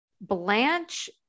Blanche